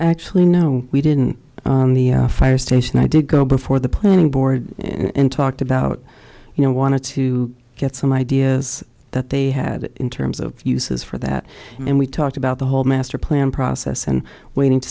actually no we didn't on the fire station i did go before the planning board and talked about you know wanted to get some ideas that they had in terms of uses for that and we talked about the whole master plan process and waiting to